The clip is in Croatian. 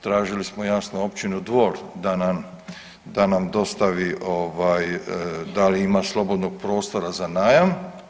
Tražili smo jasno općinu Dvor da nam dostavi da li ima slobodnog prostora za najam.